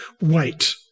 wait